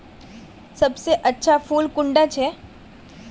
सबसे अच्छा फुल कुंडा छै?